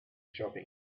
shopping